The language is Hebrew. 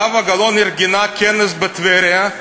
זהבה גלאון ארגנה כנס בטבריה,